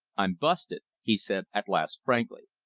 i'm busted, he said at last frankly.